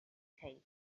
case